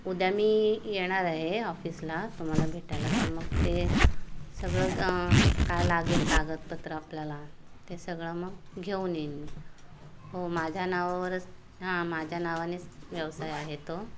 उद्या मी येणार आहे ऑफिसला तुम्हाला भेटायला तर मग ते सगळं काय लागेल कागदपत्र आपल्याला ते सगळं मग घेऊन येईन हो माझ्या नावावरच हां माझ्या नावानेच व्यवसाय आहे तो